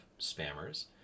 spammers